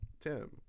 Tim